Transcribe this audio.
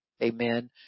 Amen